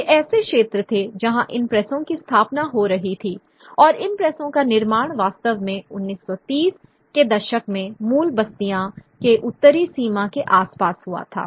ये ऐसे क्षेत्र थे जहाँ इन प्रेसों की स्थापना हो रही थी और इन प्रेसों का निर्माण वास्तव में 1930 के दशक में मूल बस्तियों के उत्तरी सीमा के आसपास हुआ था